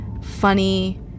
funny